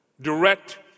direct